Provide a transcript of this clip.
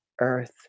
earth